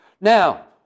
Now